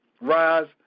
rise